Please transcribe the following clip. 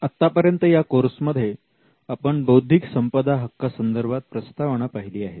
आतापर्यंत या कोर्समध्ये आपण बौद्धिक संपदा हक्का संदर्भात प्रस्तावना पहिली आहे